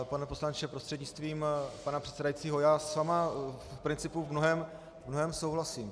Pane poslanče prostřednictvím pana předsedajícího, já s vámi v principu v mnohém souhlasím.